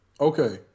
Okay